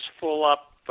full-up